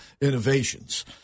innovations